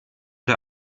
der